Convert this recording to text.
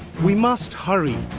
we must hurry!